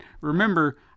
remember